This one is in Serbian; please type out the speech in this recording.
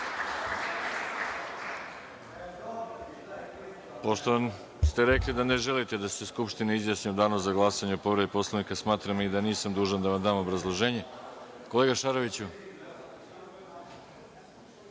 Pošto ste rekli da ne želite da se Skupština izjasni u danu za glasanje o povredi Poslovnika, smatram i da nisam dužan da vam dam obrazloženje. Kolega Šaroviću?